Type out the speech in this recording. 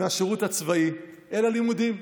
מהשירות הצבאי, אל הלימודים.